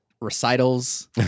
recitals